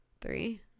Three